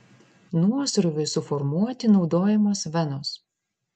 nuosrūviui suformuoti naudojamos venos